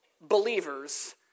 believers